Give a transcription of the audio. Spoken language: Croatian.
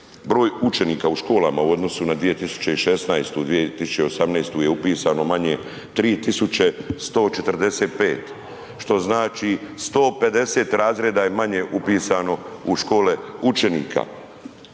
Broj učenika u školama u odnosu na 2016., 2018. je upisano manje 3145 što znači 150 razreda je manje upisano u škole učenika.